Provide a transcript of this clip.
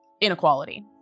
inequality